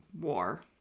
war